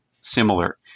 similar